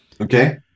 okay